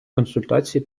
консультацій